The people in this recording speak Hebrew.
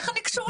איך אני קשורה?